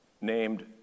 named